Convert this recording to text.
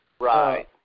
Right